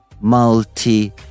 multi